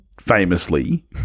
famously